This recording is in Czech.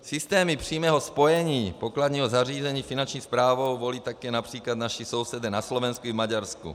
Systémy přímého spojení pokladního zařízení s finanční správou volí také například naši sousedé na Slovensku i v Maďarsku.